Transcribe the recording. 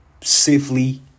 safely